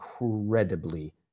incredibly